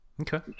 Okay